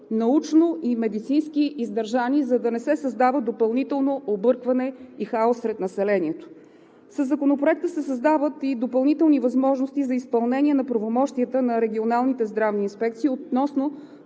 научно и медицински издържани, за да не се създава допълнително объркване и хаос сред населението. Със Законопроекта се създават и допълнителни възможности за изпълнение на правомощията на регионалните здравни инспекции относно